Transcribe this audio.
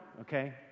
okay